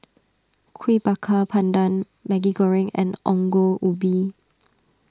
Kuih Bakar Pandan Maggi Goreng and Ongol Ubi